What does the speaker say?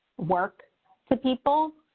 work to people.